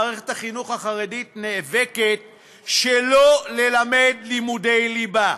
מערכת החינוך החרדית נאבקת שלא ללמד לימודי ליבה,